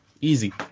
Easy